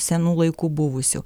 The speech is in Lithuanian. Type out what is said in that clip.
senų laikų buvusių